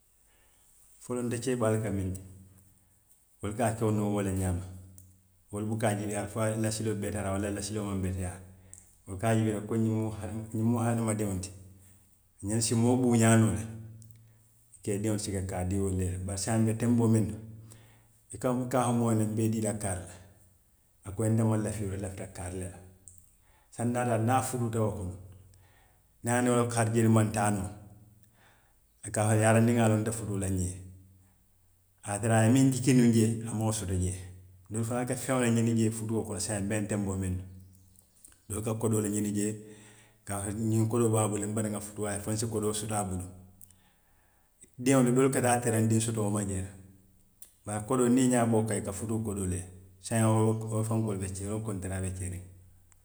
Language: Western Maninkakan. Folonto keebaalu ka miŋ ke, wolu ka a kee noo wo le ñaama, wolu buka a ñiniŋ fo a la lasiloo beteyaata walla lasiloo maŋ beteyaa,. wolu ka a juubee le ko ñiŋ mu hadamadiŋo le ti, ñiŋ si moo buuñaa noo le, i ka i diŋo sika i ka dii wolu le la, bari saayiŋ n be tenboo miŋ to, i ka i ka a fo moo ye le n be i dii la kaari la, a ko i ye nte maŋ lafi ñiŋ na, n lafita kaari le la, saayiŋ niŋ a taata niŋ a futuuta wo to, niŋ aniŋ wo la harajeelu maŋ taa noo, a ka a fo niŋ n ŋa a loŋ n te futuu la ñiŋ ye, a ye a tara a miŋ jiki nuŋ jee, a maŋ wo soto jee, doolu fanaŋ ka feŋo le ñiniŋ jee futuo kono saayiŋ n be ñiŋ tenboo miŋ to, doolu ka kodoo le ñiniŋ jee, ñiŋ kodoo be a bulu le n batu n ŋa futuu a ye fo n se kodoo a bulu, diŋo de doolu ka taa tereŋ diŋ sotoo ma jee le, bari kodoo niŋ i ñaa be wo kaŋ, i ka futuu kodoo le ye, saayiŋ wo fenkoo le keeriŋ wo kontaraa le be keeriŋ